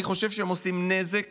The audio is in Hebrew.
אני חושב שהם עושים נזק